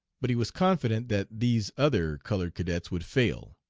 but he was confident that these other colored cadets would fail.